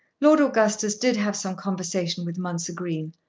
lord augustus did have some conversation with mounser green,